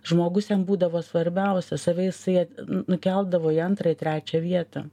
žmogus jam būdavo svarbiausia save jisai nukeldavo į antrą į trečią vietą